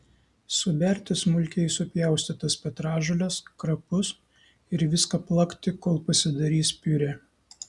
suberti smulkiai supjaustytas petražoles krapus ir viską plakti kol pasidarys piurė